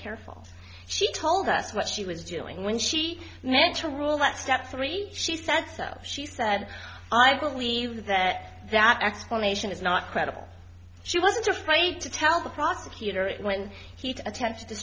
careful she told us what she was doing when she meant to rule that step three she said she said i believe that that explanation is not credible she wasn't afraid to tell the prosecutor it when he attempted to